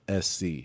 SC